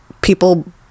people